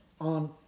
on